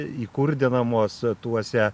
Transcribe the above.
įkurdinamos tuose